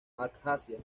abjasia